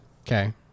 Okay